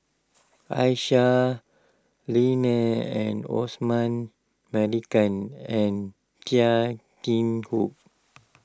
Aisyah Lyana and Osman Merican and Chia Keng Hock